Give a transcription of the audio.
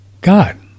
God